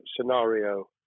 scenario